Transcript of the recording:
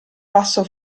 passo